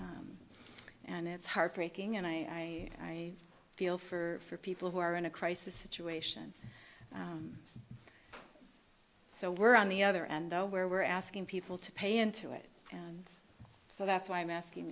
abatement and it's heartbreaking and i feel for people who are in a crisis situation so we're on the other end though where we're asking people to pay into it and so that's why i'm asking